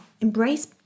embrace